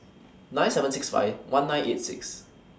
nine seven six five one nine eight six